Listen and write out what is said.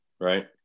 Right